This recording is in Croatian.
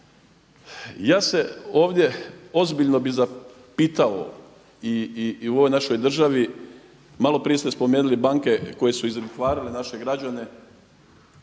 Ja se ovdje ozbiljno bi zapitao i u ovoj našoj državi maloprije ste spomenuli banke koje su i zatvarale naše građane